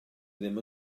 ddim